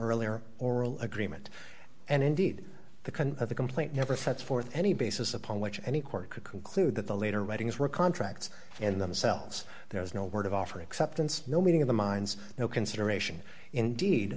earlier oral agreement and indeed the kind of the complaint never sets forth any basis upon which any court could conclude that the later writings were contracts in themselves there was no word of offer acceptance no meeting of the minds no consideration indeed